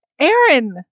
Aaron